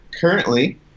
currently